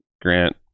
Grant